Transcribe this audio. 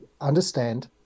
understand